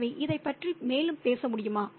எனவே இதைப் பற்றி மேலும் பேச முடியுமா